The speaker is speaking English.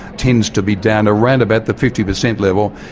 tends to be down around but the fifty percent level.